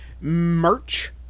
merch